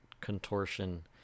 contortion